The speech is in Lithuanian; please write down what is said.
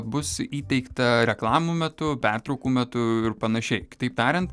bus įteikta reklamų metu pertraukų metu ir panašiai kitaip tariant